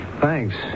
Thanks